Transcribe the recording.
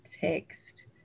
text